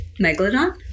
Megalodon